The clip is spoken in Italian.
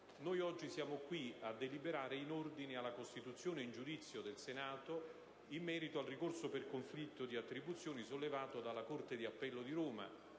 oggi siamo qui a deliberare in ordine alla costituzione in giudizio del Senato in merito al ricorso per conflitto di attribuzione sollevato dalla Corte di appello di Roma